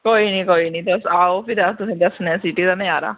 कोई नी कोई नी आओ ते फिर अस तुसेंगी दस्सनै आं सिटी दा नज़ारा